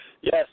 Yes